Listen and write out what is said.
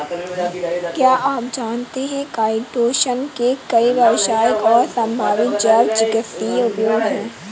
क्या आप जानते है काइटोसन के कई व्यावसायिक और संभावित जैव चिकित्सीय उपयोग हैं?